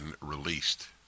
released